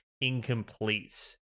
incomplete